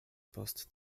post